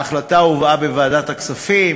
ההחלטה הובאה בוועדת הכספים,